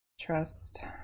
Trust